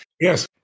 Yes